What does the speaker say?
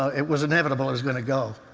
it was inevitable it was going to go.